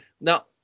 Now